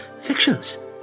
fictions